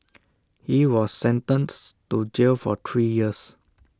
he was sentenced to jail for three years